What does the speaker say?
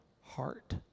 heart